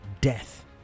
death